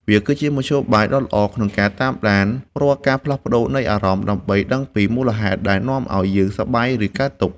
វាគឺជាមធ្យោបាយដ៏ល្អក្នុងការតាមដានរាល់ការផ្លាស់ប្តូរនៃអារម្មណ៍ ដើម្បីដឹងពីមូលហេតុដែលនាំឱ្យយើងសប្បាយ ឬកើតទុក្ខ។